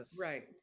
right